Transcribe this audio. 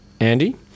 Andy